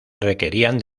requerían